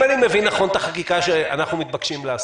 אם אני מבין את החקיקה שאנחנו מתבקשים לעשות,